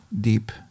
deep